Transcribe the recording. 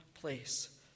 place